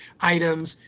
items